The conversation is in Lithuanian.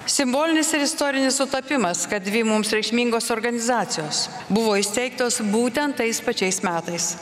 simbolinis ir istorinis sutapimas kad dvi mums reikšmingos organizacijos buvo įsteigtos būtent tais pačiais metais